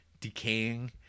decaying